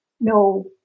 no